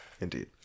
Indeed